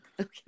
okay